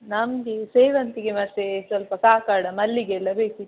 ನಮಗೆ ಸೇವಂತಿಗೆ ಮತ್ತು ಸ್ವಲ್ಪ ಕಾಕಡ ಮಲ್ಲಿಗೆಯೆಲ್ಲ ಬೇಕಿತ್ತು